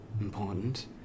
important